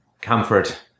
comfort